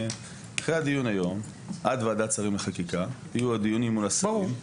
אחרי הדיון היום עד ועדת שרים לחקיקה יהיו עוד דיונים מול השרים.